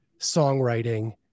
songwriting